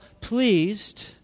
pleased